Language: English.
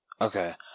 Okay